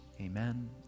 Amen